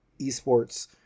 eSports